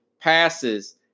passes